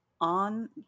on